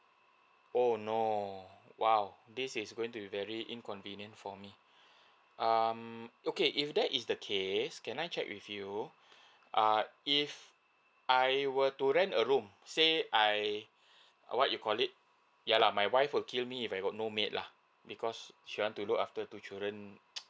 oh no !wow! this is going to be very inconvenient for me um okay if that is the case can I check with you err if I were to rent a room say I what you call it yeah lah my wife will kill me if I got no maid lah because she want to look after two children